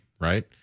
right